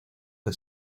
the